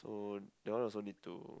oh that one also need to